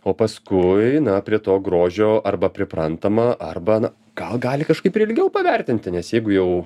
o paskui na prie to grožio arba priprantama arba na gal gali kažkaip ir ilgiau vertinti nes jeigu jau